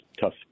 tough